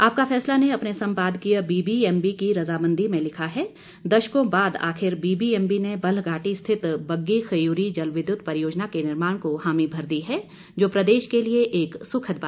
आपका ने अपने सम्पादकीय बीबीएमबी की रजामंदी में लिखा है दशकों बाद आखिर बीबीएमबी ने बल्ह घाटी स्थित बग्गी खयूरी जल विद्युत परियोजना के निर्माण को हामी भर दी है जो प्रदेश के लिए एक सुखद बात है